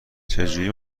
چجوری